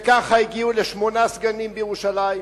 ככה הגיעו לשמונה סגנים בירושלים.